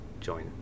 join